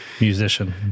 musician